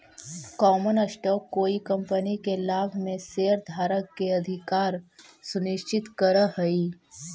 common stock कोई company के लाभ में शेयरधारक के अधिकार सुनिश्चित करऽ हई